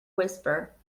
whisper